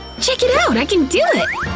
check it out, i can do